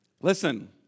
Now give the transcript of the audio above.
Listen